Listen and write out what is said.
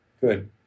good